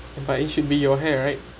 but it should be your hair right